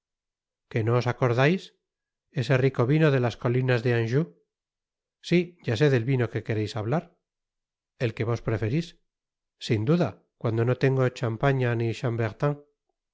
que no os acordais ese rico vino de las colinas de anjou sí ya sé del vino que quereis hablar el que vos preferís sin duda cuando no tengo champaña ni